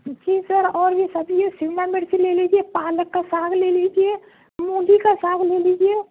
جی sir اور بھی سبزی ہے شملا مرچ لے لیجیے پالک کا ساگ لے لیجیے مولی کا ساگ لے لیجیے